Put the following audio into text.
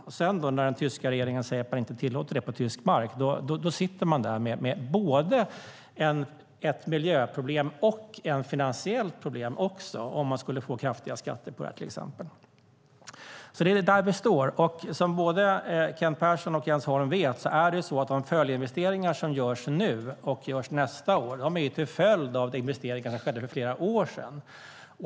När sedan den tyska regeringen sade att den inte tänkte tillåta detta på tysk mark satt man med både ett miljöproblem och ett finansiellt problem, om man till exempel skulle få kraftiga skatter på detta. Där står vi i dag. Som både Kent Persson och Jens Holm vet är de investeringar som görs nu och nästa år en följd av de investeringar som gjordes för flera år sedan.